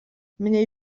mniej